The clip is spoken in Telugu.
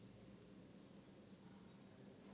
నా అకౌంట్ ను సాలరీ అకౌంట్ గా మార్చటం ఎలా?